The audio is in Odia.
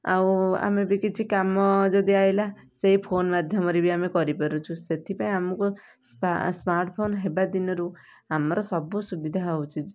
ଆଉ ଆମେ ବି କିଛି କାମ ଯଦି ଆଇଲା ସେହି ଫୋନ୍ ମାଧ୍ୟମରେ ବି ଆମେ କରିପାରୁଛୁ ସେଥିପାଇଁ ଆମକୁ ସ୍ମାର୍ଟଫୋନ୍ ହେବା ଦିନରୁ ଆମର ସବୁ ସୁବିଧା ହଉଛି